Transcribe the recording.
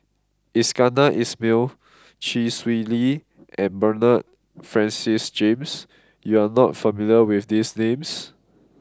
Iskandar Ismail Chee Swee Lee and Bernard Francis James you are not familiar with these names